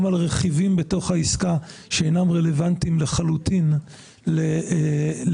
רכיבים בתוך העסקה שאינם רלוונטיים לחלוטין לעולם